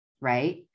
right